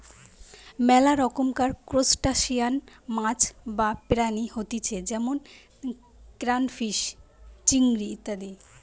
মেলা রকমকার ত্রুসটাসিয়ান মাছ বা প্রাণী হতিছে যেমন ক্রাইফিষ, চিংড়ি ইত্যাদি